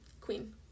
Queen